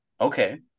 Okay